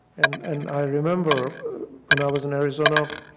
and and i remember when i was in arizona,